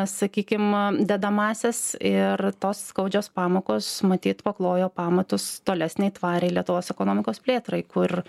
sakykim dedamąsias ir tos skaudžios pamokos matyt paklojo pamatus tolesnei tvariai lietuvos ekonomikos plėtrai kur